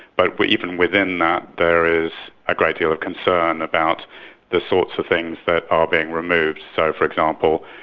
but but even within that there is a great deal of concern about the sorts of things that are being removed. so, for example,